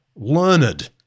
learned